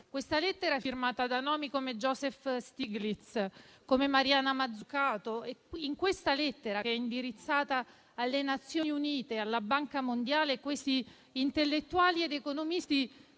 questa lettera, firmata da nomi come Joseph Stiglitz e Mariana Mazzuccato ed indirizzata alle Nazioni Unite ed alla Banca mondiale, questi intellettuali ed economisti